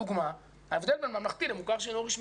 לדוגמה, ההבדל בין ממלכתי למוכר שאינו רשמי.